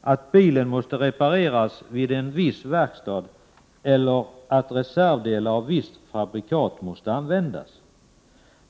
att bilen måste repareras vid en viss verkstad eller att reservdelar av visst fabrikat måste användas.